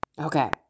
Okay